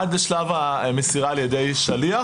עד שלב המסירה על ידי שליח